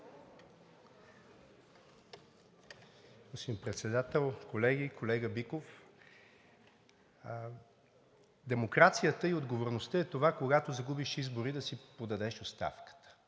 демокрацията и отговорността е това, когато загубиш избори, да си подадеш оставката.